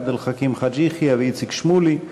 עבד אל חכים חאג' יחיא ואיציק שמולי,